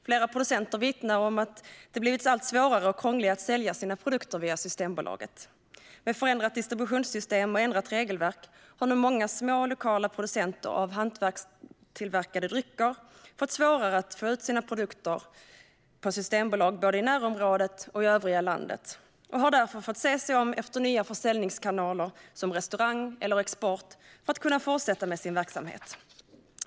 Flera producenter vittnar om att det har blivit allt svårare och krångligare att sälja sina produkter via Systembolaget. Med förändrat distributionssystem och ändrat regelverk har nu många små, lokala producenter av hantverksproducerade drycker fått svårare att få ut sina produkter på systembolag både i närområdet och i övriga landet och har därför fått se sig om efter nya försäljningskanaler, som restauranger eller export, för att kunna fortsätta med sin verksamhet.